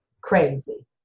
crazy